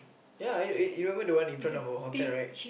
ya you remember the one in front of our hotel right